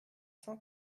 cent